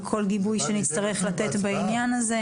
וכל גיבוי שנצטרך לתת בעניין הזה,